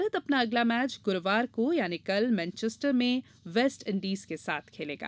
भारत अपना अगला मैच गुरूवार को मैनचिस्टर में वेस्ट इंडीज के साथ खेलेगा